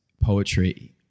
poetry